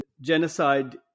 genocide